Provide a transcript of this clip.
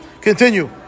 continue